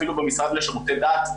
אפילו במשרד לשירותי דת,